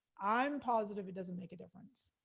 i'm positive it doesn't make a difference.